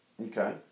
Okay